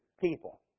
people